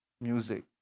music